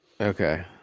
Okay